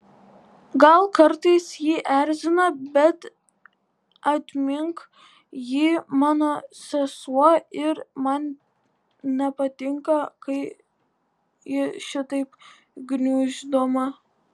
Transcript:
gal kartais ji erzina bet atmink ji mano sesuo ir man nepatinka kai ji šitaip gniuždoma